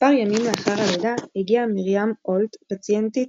מספר ימים לאחר הלידה הגיעה מריה אולט, פציינטית